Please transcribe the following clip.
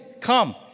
come